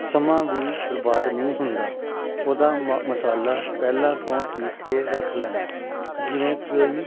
ਸਮਾਂ ਵੀ ਬਰਬਾਦ ਨਹੀਂ ਹੁੰਦਾ ਉਹਦਾ ਮ ਮਸਾਲਾ ਪਹਿਲਾ ਤੋਂ ਪੀਸ ਕੇ ਰੱਖ ਲੈਣਾ ਜਿਵੇਂ ਕੋਈ